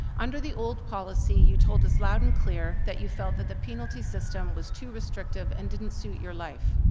under the old policy you told us loud loud and clear, that you felt that the penalty system was too restrictive and didn't suit your life.